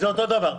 זה אותו דבר.